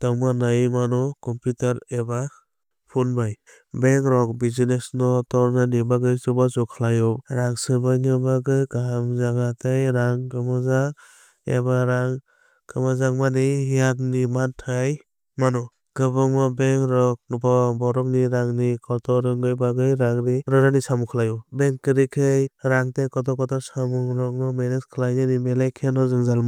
tongma naiwi mano computer eba phone bai. Bank rok business no torna bagwi chubachu khlaio rang swngna bagwi kaham jaga tei rang kwmajak eba rang rwjakmani yakni mwthangwi mano. Kwbangma bank rokbo borokrokni rang ri kotor wngna bagwi rang ri rwnani samung khlaio. Bank kwrwi khe rang tei kotor kotor samungrokno manage khlainani belai kheno jwngjal wngnai.